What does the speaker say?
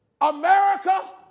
America